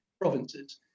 provinces